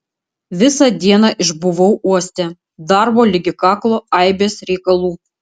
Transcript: visą dieną išbuvau uoste darbo ligi kaklo aibės reikalų